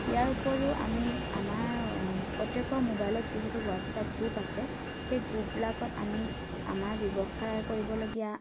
ইয়াৰোপৰিও আমি আমাৰ প্ৰত্যেকৰ ম'বাইলত যিহেতু হোৱাটচাপ গ্ৰুপ আছে সেই গ্ৰুপবিলাকত আমি আমাৰ ব্যৱসায় কৰিবলগীয়া